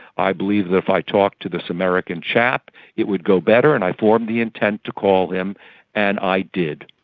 i believe that if i talk to this american chap it would go better, and i formed the intent to call him and i did.